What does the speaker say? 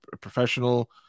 professional